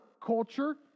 culture